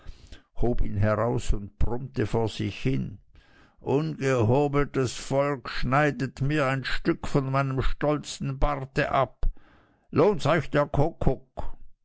ihn heraus und brummte vor sich hin ungehobeltes volk schneidet mir ein stück von meinem stolzen barte ab lohns euch der kuckuck